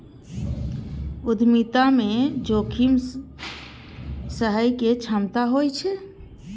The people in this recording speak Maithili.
उद्यमिता मे जोखिम सहय के क्षमता होइ छै